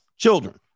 children